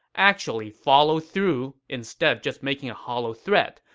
actually follow through instead of just making a hollow threat,